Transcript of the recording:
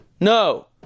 No